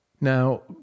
Now